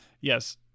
Yes